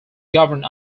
governed